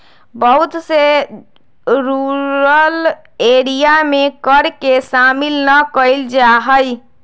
बहुत से rural area में कर के शामिल ना कइल जा हई